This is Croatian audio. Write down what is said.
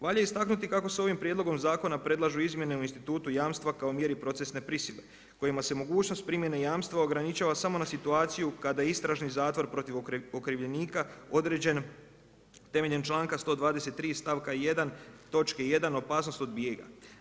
Valja istaknuti kako se ovim prijedlogom zakona predlažu izmjene u Institutu jamstva kao mjeri procesne prisile, kojima se mogućnost primjene jamstva ograničava samo na situaciju kada je istražni zatvor protiv okrivljenika određen temeljem članka 123. stavka 1. točke 1. opasnost od bijega.